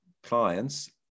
clients